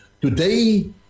Today